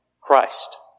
Christ